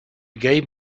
gave